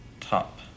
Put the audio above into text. Top